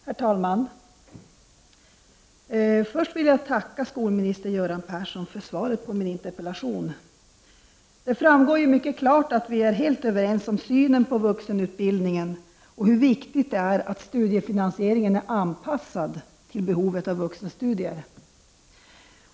Herr talman! Först vill jag tacka skolminister Göran Persson för svaret på min interpellation. Det framgår ju mycket klart att vi är helt överens om synen på vuxenutbildningen och om hur viktigt det är att studiefinansieringen är anpassad till behovet av vuxenstudier.